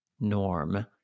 norm